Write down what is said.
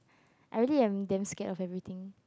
I really am damn scared of everything